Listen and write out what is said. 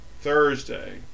Thursday